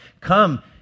Come